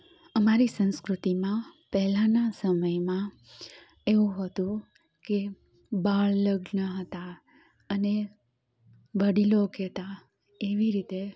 અમારી સંસ્કૃતિમાં પહેલાના સમયમાં એવું હોતું કે બાળ લગ્ન હતા અને વડીલો કહેતા એવી રીતે